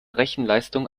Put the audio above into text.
rechenleistung